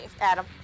Adam